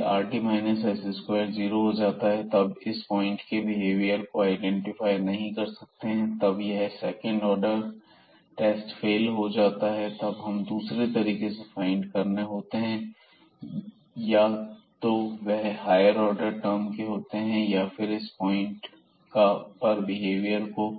यदि rt s2 zero हो जाता है तब हम इस पॉइंट के बिहेवियर को आईडेंटिफाई नहीं कर सकते हैं तब यह सेकंड ऑर्डर टेस्ट फेल हो जाता है और हमें दूसरे तरीके फाइंड करने होते हैं या तो वह हायर ऑर्डर टर्म के होते हैं या फिर हम इस पॉइंट पर बिहेवियर को